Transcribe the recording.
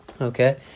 Okay